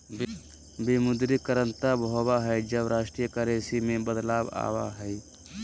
विमुद्रीकरण तब होबा हइ, जब राष्ट्रीय करेंसी में बदलाव आबा हइ